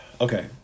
Okay